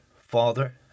father